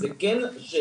זה כן שאלה.